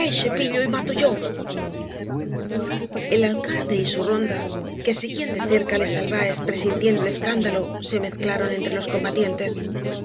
pillo el mate yo el alcaide y su ronda que seguían de cerca á les albaes presintiendo el escándalo se mezclaron entre los combatientes